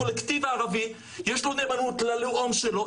הקולקטיב הערבי יש לו נאמנות ללאום שלו,